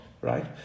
right